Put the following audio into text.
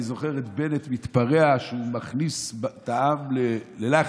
אני זוכר את בנט מתפרע שהוא מכניס את העם ללחץ.